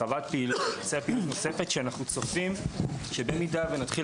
הרחבת פעילות נוספת שאנו צופים שאם נתחיל